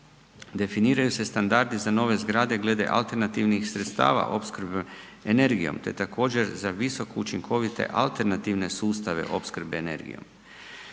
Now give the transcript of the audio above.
Definiraju se standardi za nove zgrade glede alternativnih sredstava opskrbe energijom te također za visoko učinkovite alternativne sustave opskrbe energijom.